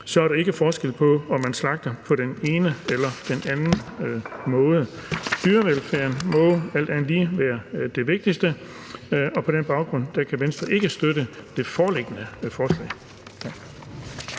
er der ikke forskel på, om man slagter på den ene eller den anden måde. Dyrevelfærd må alt andet lige være det vigtigste, og på den baggrund kan Venstre ikke støtte det foreliggende